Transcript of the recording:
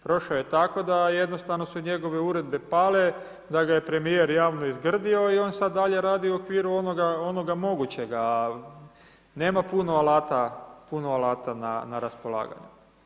Prošao je tako da jednostavno su njegove uredbe pale, da ga je premjer javno izgrdio i on sad dalje radi u okviru onoga mogućega, a nema puno alata na raspolaganju.